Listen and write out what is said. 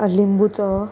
लिंबूचं